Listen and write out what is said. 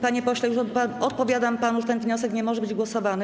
Panie pośle, odpowiadam panu, że ten wniosek nie może być głosowany.